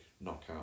knockout